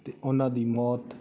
ਅਤੇ ਉਹਨਾਂ ਦੀ ਮੌਤ